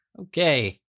Okay